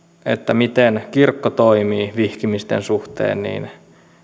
miten kirkko toimii vihkimisten suhteen niin